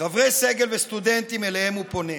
"חברי סגל וסטודנטים" אליהם הוא פונה,